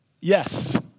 Yes